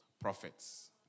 prophets